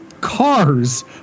cars